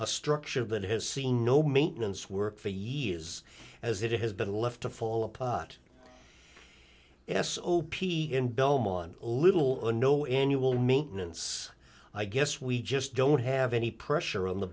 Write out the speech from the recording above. a structure that has seen no maintenance work for years as it has been left to fall apart s o p in belmont little or no annual maintenance i guess we just don't have any pressure on the